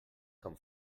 come